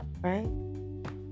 right